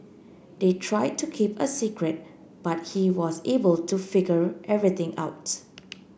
they try to keep a secret but he was able to figure everything out